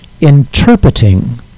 interpreting